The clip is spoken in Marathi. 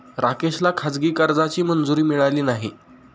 राकेशला खाजगी कर्जाची मंजुरी मिळाली नाही